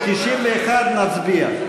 91, נצביע.